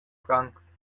francs